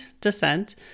descent